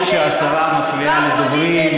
בואי, תרגיעי, תרגיעי.